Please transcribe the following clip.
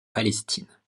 palestine